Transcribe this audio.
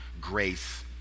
grace